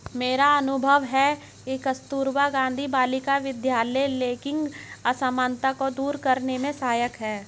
मेरा अनुभव है कि कस्तूरबा गांधी बालिका विद्यालय लैंगिक असमानता को दूर करने में सहायक है